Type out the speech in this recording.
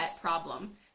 problem